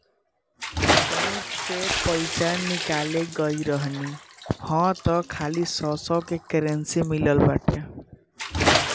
bank से पईसा निकाले गईल रहनी हअ तअ खाली सौ सौ के करेंसी मिलल बाटे